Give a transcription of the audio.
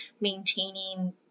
maintaining